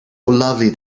lovely